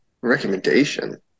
Recommendation